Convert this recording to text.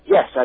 Yes